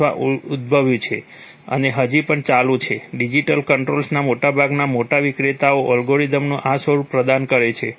અથવા ઉદ્ભવ્યું છે અને હજી પણ ચાલુ છે ડિજિટલ કંટ્રોલર્સના મોટાભાગના મોટા વિક્રેતાઓ એલ્ગોરિધમનું આ સ્વરૂપ પ્રદાન કરે છે